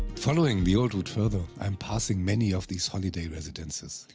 following the old route further, i am passing many of these holiday residences.